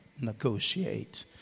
negotiate